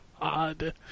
God